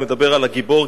מדבר על הגיבור,